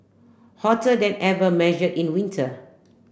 hotter than ever measured in winter